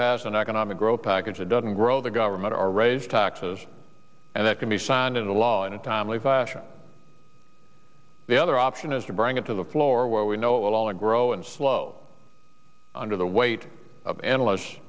pass an economic growth package that doesn't grow the government or raise taxes and that can be signed into law in a timely fashion the other option is to bring it to the floor where we no longer grow and slow under the weight of analysts